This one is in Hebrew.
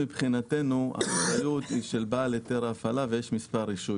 מבחינתנו האחריות היא של בעל היתר הפעלה ויש מספר רישוי.